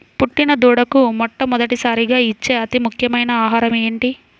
పుట్టిన దూడకు మొట్టమొదటిసారిగా ఇచ్చే అతి ముఖ్యమైన ఆహారము ఏంటి?